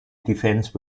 defense